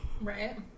Right